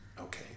okay